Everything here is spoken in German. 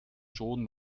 schon